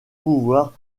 pouvoir